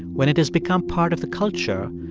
when it has become part of the culture,